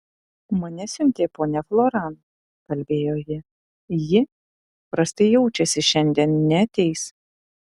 mane siuntė ponia floran kalbėjo ji ji prastai jaučiasi šiandien neateis